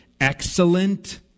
excellent